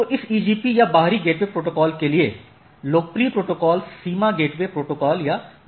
तो इस ईजीपी या बाहरी गेटवे प्रोटोकॉल के लिए लोकप्रिय प्रोटोकॉल सीमा गेटवे प्रोटोकॉल या BGP है